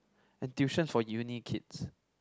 and tuition for uni kids